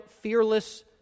fearless